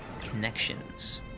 connections